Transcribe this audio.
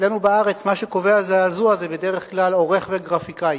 אצלנו בארץ מה שקובע זעזוע זה בדרך כלל עורך וגרפיקאי.